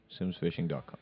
SimsFishing.com